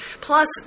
Plus